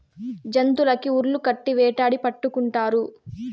జంతులకి ఉర్లు కట్టి వేటాడి పట్టుకుంటారు